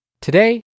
Today